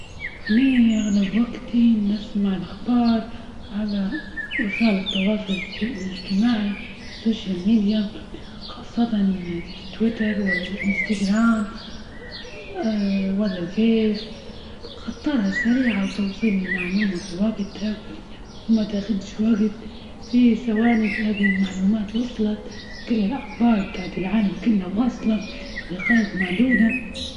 هني أغلب وقتي نسمع الأخبار على وسائل التواصل الإج-الإجتماعي السوشيال ميديا، خاصة التويتر ولا الإنستجرام ولا الفيس، قطاعة سريعة وتوصيل المعلومة في وجتها متاخدش وجت، في ثواني هذه المعلومات وصلت كل الأخبار بتاعة العالم كلها واصلة دقائق معدودة.